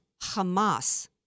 Hamas